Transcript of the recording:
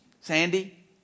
Sandy